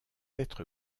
être